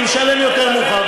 אני משלם יותר מאוחר.